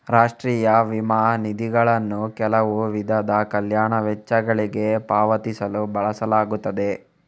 ರಾಷ್ಟ್ರೀಯ ವಿಮಾ ನಿಧಿಗಳನ್ನು ಕೆಲವು ವಿಧದ ಕಲ್ಯಾಣ ವೆಚ್ಚಗಳಿಗೆ ಪಾವತಿಸಲು ಬಳಸಲಾಗುತ್ತದೆ